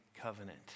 covenant